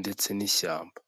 ndetse n'ishyamba.